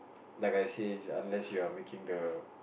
like I can it's unless you are making the